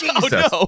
Jesus